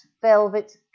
velvet